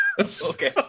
Okay